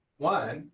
one,